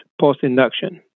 post-induction